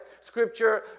Scripture